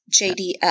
JDF